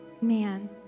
Man